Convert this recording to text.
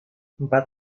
empat